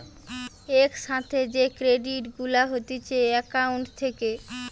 এক সাথে যে ক্রেডিট গুলা হতিছে একাউন্ট থেকে